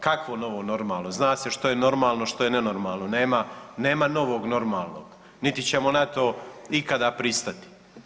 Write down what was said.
Kakvo novo normalno, zna se što je normalno, što je nenormalno, nema, nema novog normalnog niti ćemo na to ikada pristati.